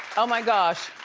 oh my gosh.